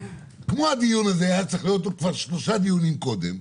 כמו הדיון הזה היו צריכים להיות כבר שלושה דיונים קודם,